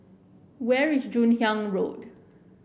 where is Joon Hiang Road